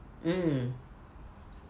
mm